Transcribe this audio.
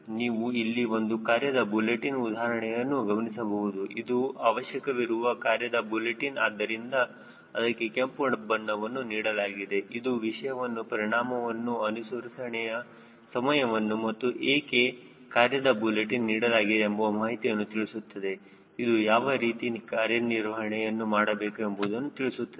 ನೀವು ಇಲ್ಲಿ ಒಂದು ಕಾರ್ಯದ ಬುಲೆಟಿನ್ ಉದಾಹರಣೆಯನ್ನು ಗಮನಿಸಬಹುದು ಇದು ಅವಶ್ಯಕವಾಗಿರುವ ಕಾರ್ಯದ ಬುಲೆಟಿನ್ ಆದ್ದರಿಂದ ಅದಕ್ಕೆ ಕೆಂಪು ಬಣ್ಣವನ್ನು ನೀಡಲಾಗಿದೆ ಇದು ವಿಷಯವನ್ನು ಪರಿಣಾಮವನ್ನು ಅನುಸರಣೆಯ ಸಮಯವನ್ನು ಮತ್ತು ಏಕೆ ಕಾರ್ಯದ ಬುಲೆಟಿನ್ ನೀಡಲಾಗಿದೆ ಎಂಬುವ ಮಾಹಿತಿಯನ್ನು ತಿಳಿಸುತ್ತದೆ ಇದು ಯಾವ ರೀತಿಯ ನಿರ್ವಹಣೆಯನ್ನು ಮಾಡಬೇಕು ಎಂಬುದನ್ನು ತಿಳಿಸುತ್ತದೆ